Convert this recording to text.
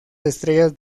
estrellas